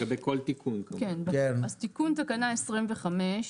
אז תיקון תקנה 25,